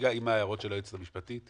שהציגה היועצת המשפטית